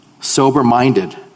sober-minded